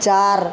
চার